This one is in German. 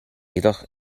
jedoch